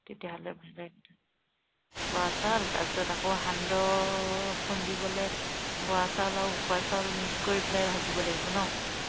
তেতিয়াহ'লে ভালেই বৰা চাউল তাৰপিছত আকৌ সান্দহ খুন্দিবলৈ বৰা চাউল আৰু উখোৱা চাউল মিক্স কৰি পেলাই ভাজিব লাগিব ন